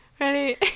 Ready